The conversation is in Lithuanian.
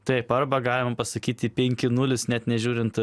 taip arba galim pasakyti penki nulis net nežiūrint